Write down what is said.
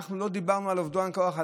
אנחנו לא דיברנו על אובדן כוח.